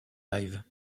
live